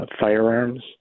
firearms